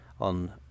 on